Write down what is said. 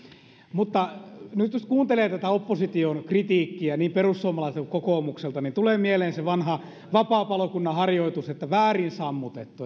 mutta nyt jos kuuntelee tätä opposition kritiikkiä niin perussuomalaisilta kuin kokoomukselta niin tulee mieleen se vanha vapaapalokunnan harjoitus että väärin sammutettu